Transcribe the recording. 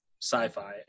Sci-fi